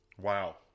wow